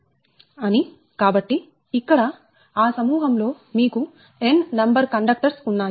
అని కాబట్టి ఇక్కడ ఆ సమూహం లో మీకు n నంబర్ కండక్టర్స్ ఉన్నాయి